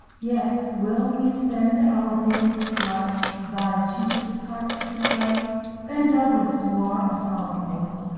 yet will wee spend our deerest blood, thy cheefest harts to slay then douglas swore a solempne oathe,